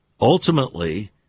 Ultimately